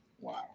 Wow